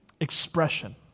expression